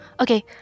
Okay